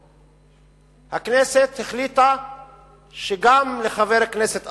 הכנסת החליטה שגם לחברי כנסת אסור.